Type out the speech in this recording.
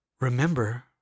Remember